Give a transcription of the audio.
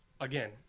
again